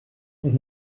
und